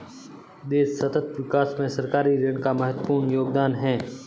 देश सतत विकास में सरकारी ऋण का महत्वपूर्ण योगदान है